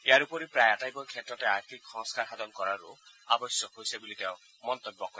ইয়াৰ উপৰি প্ৰায় আটাইবোৰ ক্ষেত্ৰতে আৰ্থিক সংস্কাৰ সাধন কৰাৰো আৱশ্যক হৈছে বুলি তেওঁ মন্তব্য কৰে